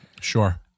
Sure